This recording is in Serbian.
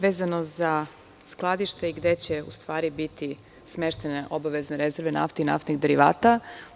Vezano za skladište i gde će biti smeštene obavezne rezerve nafte i naftnih derivata.